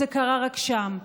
זה קרה רק שם.